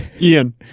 Ian